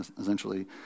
essentially